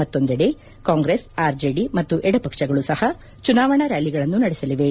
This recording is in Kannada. ಮತ್ತೊಂದೆಡೆ ಕಾಂಗ್ರೆಸ್ ಆರ್ಜೆಡಿ ಮತ್ತು ಎಡಪಕ್ಷಗಳು ಸಹ ಚುನಾವಣಾ ರ್ಕಾಲಿಗಳನ್ನು ನಡೆಸಲಿವೆ